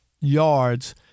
yards